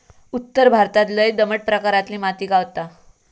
उत्तर भारतात लय दमट प्रकारातली माती गावता